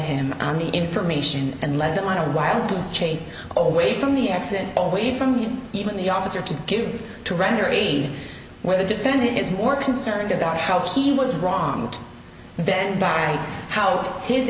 him on the information and led them on a wild goose chase away from the accident away from even the officer to give them to render aid where the defendant is more concerned about how he was wronged then by how his